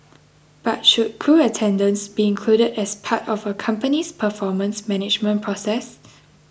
but should crew attendance be included as part of a company's performance management process